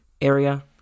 area